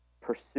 pursue